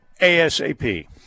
ASAP